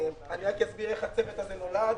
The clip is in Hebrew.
אסביר איך הצוות הזה נולד.